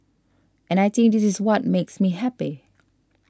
and I think this is what makes me happy